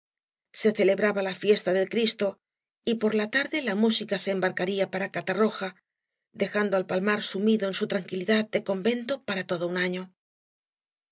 se celebraba la fiesta del cristo y por la tarde la música se em barcaria para catarroja dejando al palmar sumido en su tranquilidad de convento para todo un afío